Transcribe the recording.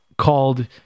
called